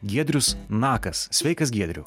giedrius nakas sveikas giedriau